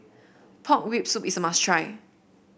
Pork Rib Soup is a must try